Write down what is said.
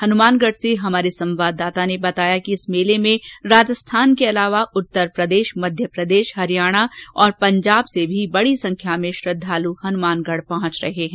हनुमानगढ से हमारे संवाददाता ने बताया कि इस मेले में राज्य के अलावा उत्तर प्रदेश मध्यप्रदेश हरियाणा पंजाब से भी बड़ी संख्या में श्रद्वालु हनुमानगढ़ पहुंच रहे है